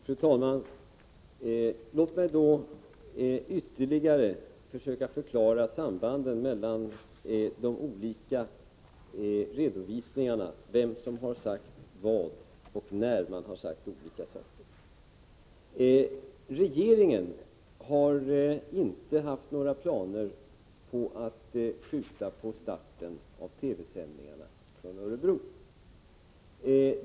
Fru talman! Låt mig då ytterligare försöka förklara sambanden mellan de olika redovisningarna, dvs. vem som har sagt vad och när det har sagts. Regeringen har inte haft några planer på att skjuta upp starten av TV-sändningarna från Örebro.